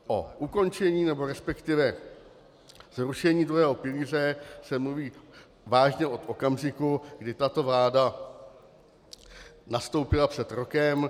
O ukončení, nebo resp. zrušení druhého pilíře se mluví vážně od okamžiku, kdy tato vláda nastoupila před rokem.